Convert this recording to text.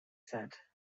said